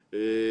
ימין ושמאל.